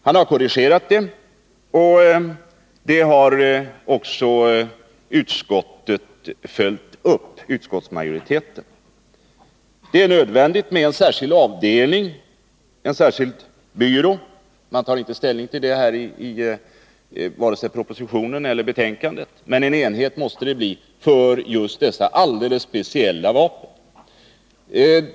Utskottsmajoriteten har också följt upp den korrigeringen. Det är nödvändigt med en särskild avdelning eller byrå. Man tar inte ställning till detta i vare sig propositionen eller betänkandet, men en enhet måste det bli för detta alldeles speciella vapen.